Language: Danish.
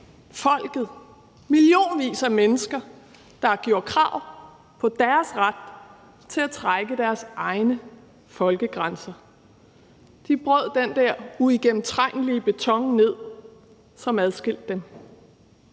folket, millionvis af mennesker, der gjorde krav på deres ret til at trække deres egne folkegrænser. De brød den der uigennemtrængelige beton ned, som adskilte dem,